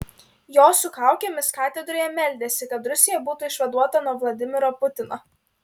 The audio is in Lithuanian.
jos su kaukėmis katedroje meldėsi kad rusija būtų išvaduota nuo vladimiro putino